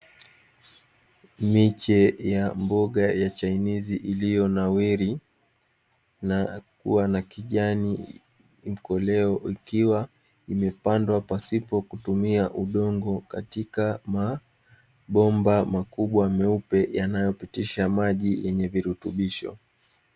Miche ya mboga ya chainizi iliyonawiri na kuwa na kijani mkoleo; ikiwa imepandwa pasipo kutumia udongo katika mabomba makubwa meupe yanayopitisha maji yenye virutubisho.